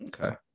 Okay